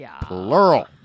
plural